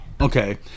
okay